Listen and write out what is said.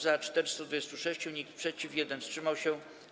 Za - 426, nikt przeciw, 1 wstrzymał się.